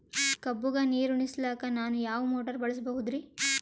ಕಬ್ಬುಗ ನೀರುಣಿಸಲಕ ನಾನು ಯಾವ ಮೋಟಾರ್ ಬಳಸಬಹುದರಿ?